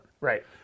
right